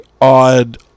odd